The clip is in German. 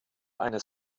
eines